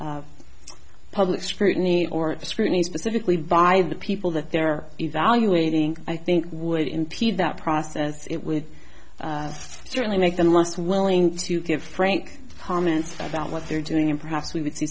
public scrutiny or scrutiny specifically by the people that they're evaluating i think would impede that process it would certainly make them most willing to give frank comments about what they're doing and perhaps we would see